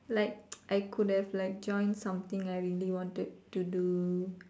like I could have like joined something I really wanted to do